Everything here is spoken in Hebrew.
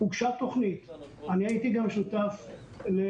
הוגשה תוכנית, אני הייתי גם שותף להכנתה,